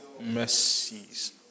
mercies